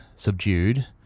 Subdued